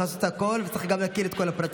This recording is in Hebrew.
צריך לעשות הכול, וצריך גם להכיר את כל הפרטים.